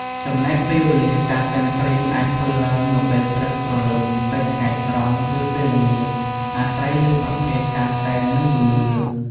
ចំណែកពេលវេលាការសែនព្រេនអាចធ្វើឡើងនៅពេលព្រឹកព្រលឹមពេលថ្ងៃត្រង់ឬពេលល្ងាចអាស្រ័យលើប្រភេទការសែន និងជំនឿ។